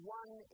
one